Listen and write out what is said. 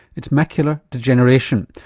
it's macular degeneration,